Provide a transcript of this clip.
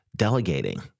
Delegating